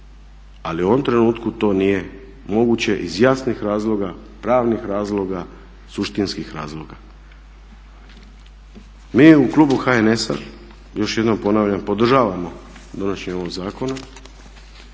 Ali u ovom trenutku to nije moguće iz jasnih razloga, pravnih razloga, suštinskih razloga. Mi u klubu HNS-a još jednom ponavljam podržavamo donošenje ovog zakona.